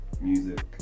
music